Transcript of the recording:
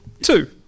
two